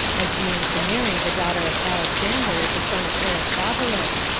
as being to marry the daughter of alexander, the son of aristobulus,